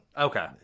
Okay